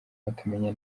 atamenya